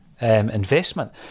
investment